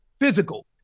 physical